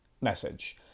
message